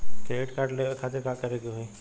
Credit card लेवे खातिर का करे के होई?